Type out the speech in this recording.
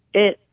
it